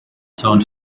turned